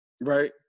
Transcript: Right